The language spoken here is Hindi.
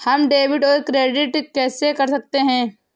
हम डेबिटऔर क्रेडिट कैसे कर सकते हैं?